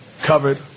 covered